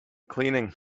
cleaning